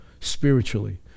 spiritually